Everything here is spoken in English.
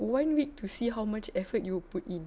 one week to see how much effort you put in